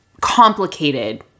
complicated